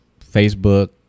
Facebook